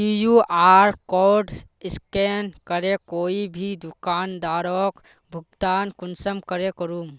QR code scan करे कोई भी दुकानदारोक भुगतान कुंसम करे करूम?